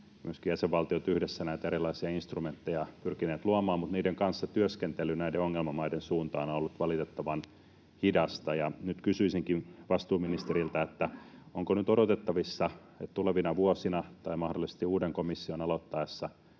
myöskin jäsenvaltiot yhdessä ovat näitä erilaisia instrumentteja pyrkineet luomaan, mutta niiden kanssa työskentely näiden ongelmamaiden suuntaan on ollut valitettavan hidasta. Nyt kysyisinkin vastuuministeriltä: onko nyt odotettavissa tulevina vuosina tai mahdollisesti uuden komission aloittaessa,